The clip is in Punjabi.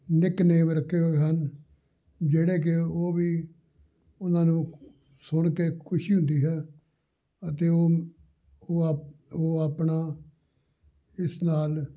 ਨਿੱਕਨੇਮ ਰੱਖੇ ਹੋਏ ਹਨ ਜਿਹੜੇ ਕਿ ਉਹ ਵੀ ਉਹਨਾਂ ਨੂੰ ਸੁਣ ਕੇ ਖੁਸ਼ੀ ਹੁੰਦੀ ਹੈ ਅਤੇ ਉਹ ਉਹ ਆਪ ਉਹ ਆਪਣਾ ਇਸ ਨਾਲ